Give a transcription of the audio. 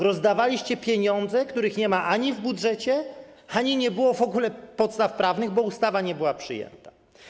Rozdawaliście pieniądze, których nie ma ani w budżecie, ani nie było w ogóle podstaw prawnych, bo ustawa nie była przyjęta.